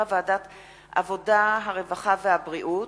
שהחזירה ועדת העבודה, הרווחה והבריאות,